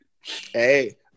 Hey